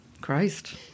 Christ